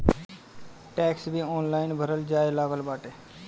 tax भी online भरल जाए लागल बाटे